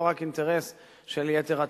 לא רק אינטרס של יתר הצדדים.